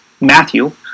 Matthew